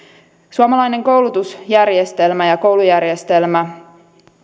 suomalainen koulutusjärjestelmä ja koulujärjestelmä